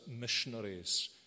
missionaries